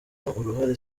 uruhare